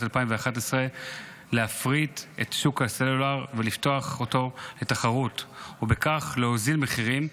2011 להפריט את שוק הסלולר ולפתוח אותו לתחרות ובכך להוריד מחירים,